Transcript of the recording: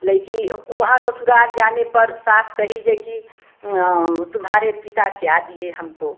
लइकी वहाँ ससुराल जाने पर सास कही जइकी तुम्हारे पिता क्या दिए हमको